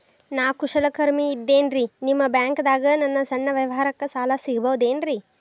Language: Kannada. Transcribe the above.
ನಾ ಕುಶಲಕರ್ಮಿ ಇದ್ದೇನ್ರಿ ನಿಮ್ಮ ಬ್ಯಾಂಕ್ ದಾಗ ನನ್ನ ಸಣ್ಣ ವ್ಯವಹಾರಕ್ಕ ಸಾಲ ಸಿಗಬಹುದೇನ್ರಿ?